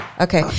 Okay